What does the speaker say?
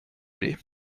aller